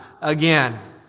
again